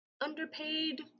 underpaid